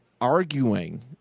arguing